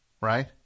right